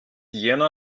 jena